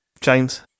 James